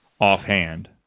offhand